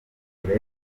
kure